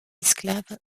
esclaves